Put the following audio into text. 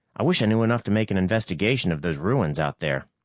i wish i knew enough to make an investigation of those ruins out there.